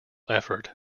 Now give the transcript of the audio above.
effort